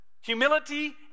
Humility